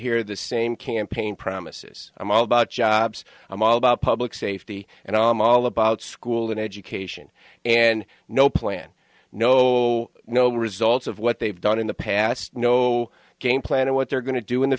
hear the same campaign promises i'm all about jobs i'm all about public safety and i'm all about school and education and no plan no no results of what they've done in the past no game plan or what they're going to do in the